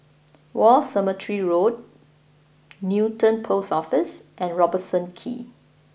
War Cemetery Road Newton Post Office and Robertson Quay